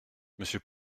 monsieur